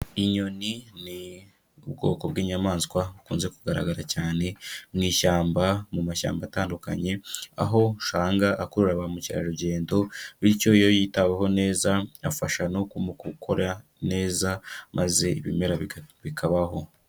Inyoni ni ubwoko bw'inyamaswa bukunze kugaragara cyane mu ishyamba mu mashyamba atandukanye, aho ushanga akurura bamukerarugendo bityo iyo yitaweho neza afasha no kumukora neza maze ibimera bikabaho.